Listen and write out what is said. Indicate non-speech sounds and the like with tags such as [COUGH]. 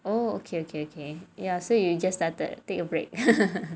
oh ya ya that's why you already started already [LAUGHS]